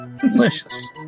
Delicious